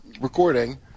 recording